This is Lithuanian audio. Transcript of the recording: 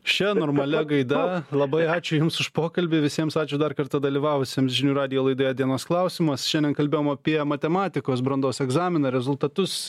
šia normalia gaida labai ačiū jums už pokalbį visiems ačiū dar kartą dalyvavusiems žinių radijo laidoje dienos klausimas šiandien kalbėjom apie matematikos brandos egzaminą ir rezultatus